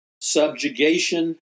subjugation